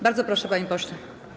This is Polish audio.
Bardzo proszę, panie pośle.